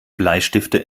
bleistifte